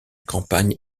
campagne